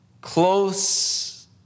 close